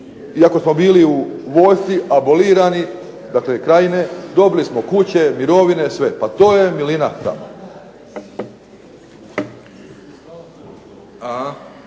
iako smo bili u vojsci abolirani, dakle Krajine dobili smo kuće, mirovine, sve. Pa to je milina!